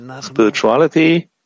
Spirituality